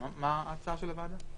מה ההצעה של הוועדה?